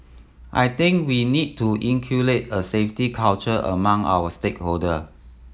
I think we need to inculcate a safety culture among our stakeholder